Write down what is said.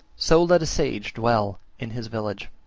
so let a sage dwell in his village.